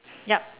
yup